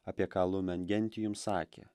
apie ką lumengentium sakė